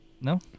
No